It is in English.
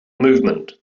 movement